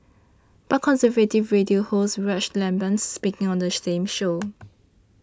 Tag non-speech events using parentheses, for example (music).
but conservative radio host Rush Limbaugh speaking on the same show (noise)